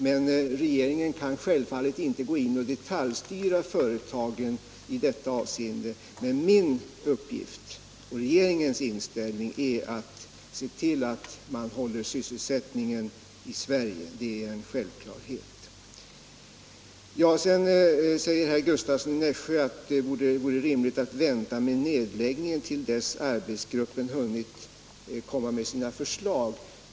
Men regeringen kan naturligtvis inte gå in och detaljstyra företagen i detta avseende. Min uppgift och regeringens inställning är att man måste se till att sysselsättningen hålls uppe i Sverige. Det är en självklarhet. Herr Gustavsson sade att det vore rimligt att vänta med nedläggningen tills arbetsgruppen hunnit framlägga sina förslag.